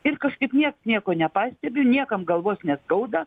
ir kažkaip nieks nieko nepastebi niekam galvos neskauda